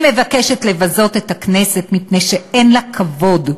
היא מבקשת לבזות את הכנסת מפני שאין לה כבוד,